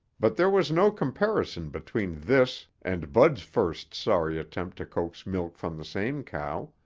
but there was no comparison between this and bud's first sorry attempt to coax milk from the same cow.